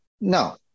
No